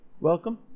Welcome